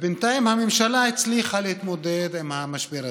ובינתיים הממשלה הצליחה להתמודד עם המשבר הזה,